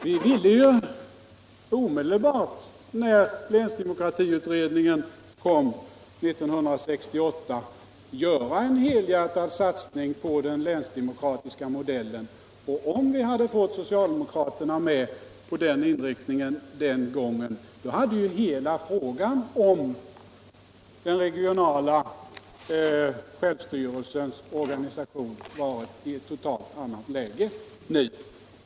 Vi ville omedelbart när länsdemokratiutredningen kom 1968 göra en helhjärtad satsning på den länsdemokratiska modellen. Om vi den gången hade fått socialdemokraterna med på den inriktningen hade hela frågan om den regionala självstyrelsens organisation varit i ett totalt annat läge nu.